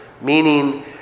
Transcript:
meaning